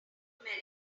america